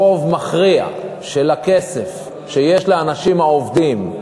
רוב מכריע של הכסף שיש לאנשים העובדים,